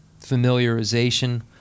familiarization